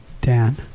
Dan